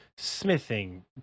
Smithing